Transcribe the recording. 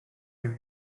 gibi